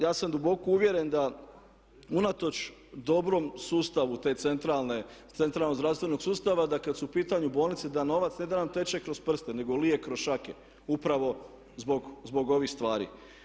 Ja sam duboko uvjeren da unatoč dobrom sustavu te centralne, centralnog zdravstvenog sustava da kada su u pitanju bolnice da novac ne da nam teče kroz prste nego lije kroz šake, upravo zbog ovih stvari.